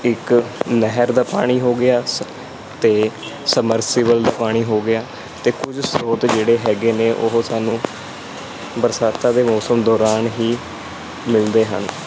ਇੱਕ ਨਹਿਰ ਦਾ ਪਾਣੀ ਹੋ ਗਿਆ ਸ ਅਤੇ ਸਮਰਸੀਬਲ ਦਾ ਪਾਣੀ ਹੋ ਗਿਆ ਅਤੇ ਕੁਝ ਸਰੋਤ ਜਿਹੜੇ ਹੈਗੇ ਨੇ ਉਹ ਸਾਨੂੰ ਬਰਸਾਤਾਂ ਦੇ ਮੌਸਮ ਦੌਰਾਨ ਹੀ ਮਿਲਦੇ ਹਨ